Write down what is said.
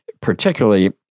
particularly